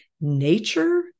nature